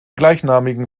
gleichnamigen